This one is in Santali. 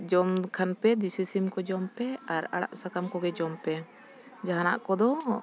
ᱡᱚᱢ ᱠᱷᱟᱱ ᱯᱮ ᱫᱮᱥᱤ ᱥᱤᱢ ᱠᱚ ᱡᱚᱢᱯᱮ ᱟᱨ ᱟᱲᱟᱜ ᱥᱟᱠᱟᱢ ᱠᱚᱜᱮ ᱡᱚᱢ ᱯᱮ ᱡᱟᱦᱟᱱᱟᱜ ᱠᱚᱫᱚ